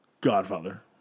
Godfather